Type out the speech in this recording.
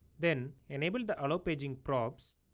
then enable the allowpaging props.